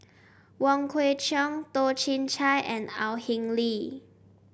Wong Kwei Cheong Toh Chin Chye and Au Hing Yee